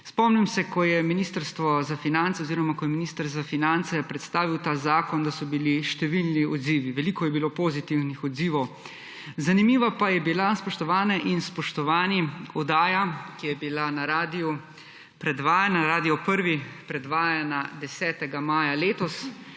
oziroma ko je minister za finance predstavil ta zakon, da so bili številni odzivi; veliko je bilo pozitivnih odzivov. Zanimiva pa je bila, spoštovane in spoštovani, oddaja, ki je bila predvajana na Radio 1, predvajana 10. maja letos,